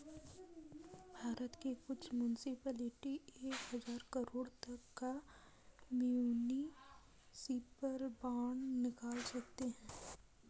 भारत के कुछ मुन्सिपलिटी एक हज़ार करोड़ तक का म्युनिसिपल बांड निकाल सकते हैं